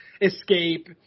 escape